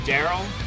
Daryl